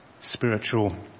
spiritual